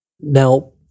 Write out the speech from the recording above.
Now